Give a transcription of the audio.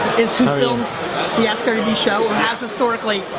is who films the ask garyvee show and has historically,